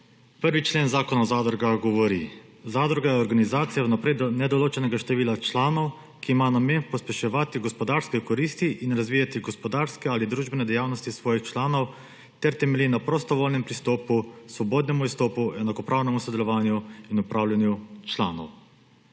Prvi člen Zakona o zadrugah pravi: »Zadruga je organizacija vnaprej nedoločenega števila članov, ki ima namen pospeševati gospodarske koristi in razvijati gospodarske ali družbene dejavnosti svojih članov ter temelji na prostovoljnem pristopu, svobodnem izstopu, enakopravnem sodelovanju in upravljanju članov.«